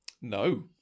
No